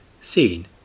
seen